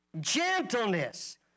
gentleness